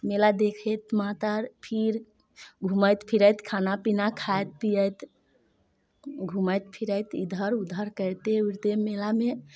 मेला देखैत मातर फिर घूमैत फिरैत खाना पीना खाइत पीयैत घूमैत फिरैत इधर उधर करिते उरिते मेलामे